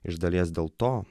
iš dalies dėl to